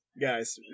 guys